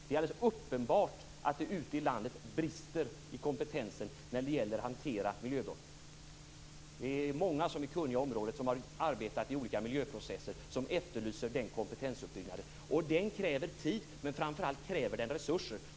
Det är alldeles uppenbart att det ute i landet brister i kompetensen när det gäller att hantera miljöbrott. Det är många som är kunniga på området, som har arbetat i olika miljöprocesser, som efterlyser den kompetensuppbyggnaden. Den kräver tid, men framför allt kräver den resurser.